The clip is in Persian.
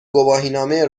گواهینامه